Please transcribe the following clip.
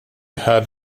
had